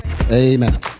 Amen